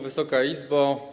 Wysoka Izbo!